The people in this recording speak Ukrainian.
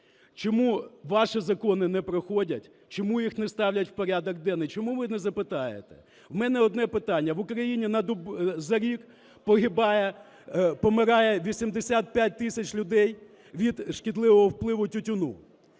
чому ваші закони не проходять, чому їх не ставлять в порядок денний? Чому ви не запитаєте? В мене одне питання: в Україні за рік погибає… помирає 85 тисяч людей від шкідливого впливу тютюну.